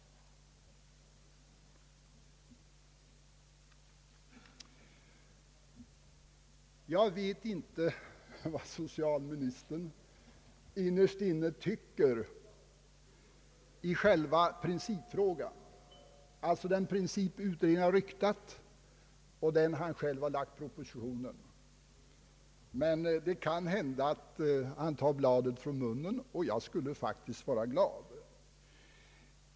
Jag vet inte vad socialministern innerst inne tycker i själva principfrågan, alltså om den princip utredningen har uppställt och enligt vilken han själv utformat propositionen. Men det kan hända att han tar bladet från munnen, och jag skulle då faktiskt vara glad.